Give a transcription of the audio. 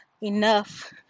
enough